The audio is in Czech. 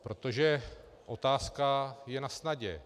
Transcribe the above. Protože otázka je nasnadě.